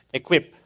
equip